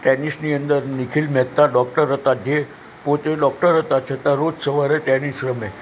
ટેનિસની અંદર નિખિલ મહેતા ડોક્ટર હતા જે પોતે ડોક્ટર હતા છતાં રોજ સવારે ટેનિસ રમે